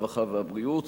הרווחה והבריאות.